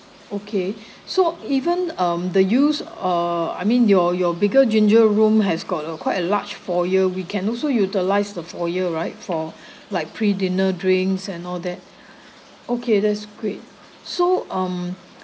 okay so even um the use or I mean your your bigger ginger room has got a quite a large foyer we can also utilise the foyer right for like pre dinner drinks and all that okay that's great so um